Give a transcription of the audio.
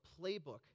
playbook